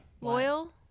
Loyal